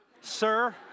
sir